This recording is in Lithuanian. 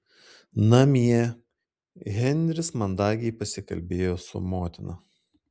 namie henris mandagiai pasikalbėjo su motina